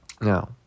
Now